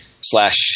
slash